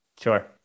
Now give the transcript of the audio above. Sure